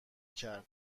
کرد